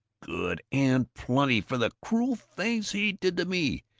good and plenty, for the cruel things he did to me,